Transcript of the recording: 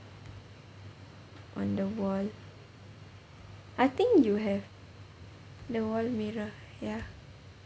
on the wall I think you have the wall mirror ya